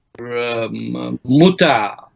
Muta